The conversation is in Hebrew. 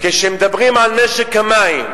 כשמדברים על משק המים,